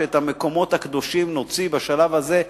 שאת המקומות הקדושים נוציא בשלב הזה,